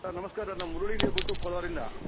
sir ನಮಸ್ಕಾರ ನಾನು ಮುರುಳಿ ಅಂತೇಳ್ಬಿಟ್ಟು ಕೋಲಾರಿಂದ